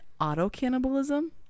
auto-cannibalism